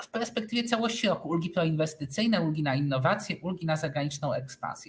W perspektywie całości roku ulgi proinwestycyjne, ulgi na innowacje, ulgi na zagraniczną ekspansję.